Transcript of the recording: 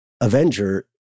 Avenger